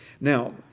Now